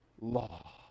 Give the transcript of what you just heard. law